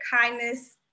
kindness